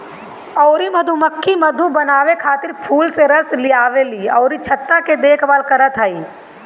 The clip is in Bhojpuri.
अउरी मधुमक्खी मधु बनावे खातिर फूल से रस लियावल अउरी छत्ता के देखभाल करत हई